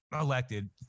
elected